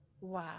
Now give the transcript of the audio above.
Wow